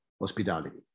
hospitality